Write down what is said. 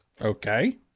Okay